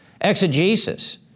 exegesis